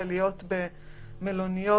זה לא שלפי החוק אין להם זכאות לחזור ולהיות במלוניות.